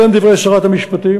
אלה הם דברי שרת המשפטים.